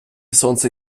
сонце